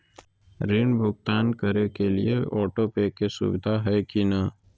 ऋण भुगतान करे के लिए ऑटोपे के सुविधा है की न?